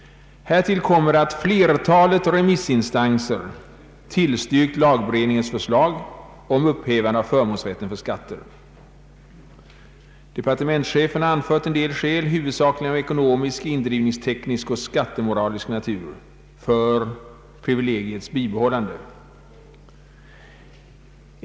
Härtill kommer att flertalet remissinstanser tillstyrkt lagberedningens för slag om upphävande av förmånsrätten för skatter. Departementschefen har däremot anfört en del skäl — huvudsakligen av ekonomisk, indrivningsteknisk och skattemoralisk natur — för privilegiets bibehållande.